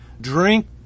drink